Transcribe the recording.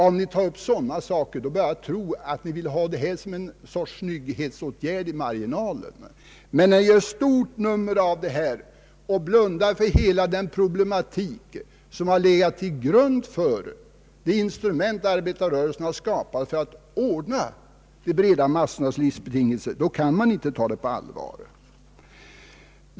Om ni tar upp sådana saker börjar jag tro att ni vill ha detta med kollektivanslutningen som en sorts snygghetsåtgärd i marginalen. Men när ni gör stor sak av detta och blundar för hela den problematik som ligger till grund för det instrument arbetarrörelsen skapat för att ordna de breda massornas livsbetingelser, då kan man inte ta det på allvar.